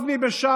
אותו עזמי בשארה,